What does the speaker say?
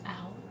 out